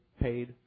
paid